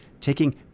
taking